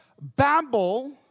Babel